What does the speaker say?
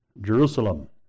Jerusalem